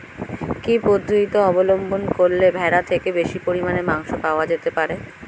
কি পদ্ধতিতে অবলম্বন করলে ভেড়ার থেকে বেশি পরিমাণে মাংস পাওয়া যেতে পারে?